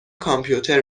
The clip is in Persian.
کامپیوتر